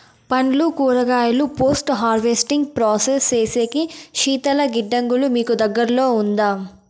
పండ్లు కూరగాయలు post harvesting process సేసేకి శీతల గిడ్డంగులు మీకు దగ్గర్లో ఉందా?